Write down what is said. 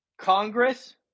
Congress